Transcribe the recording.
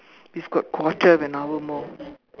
we've got quarter of an hour more